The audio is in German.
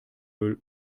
müll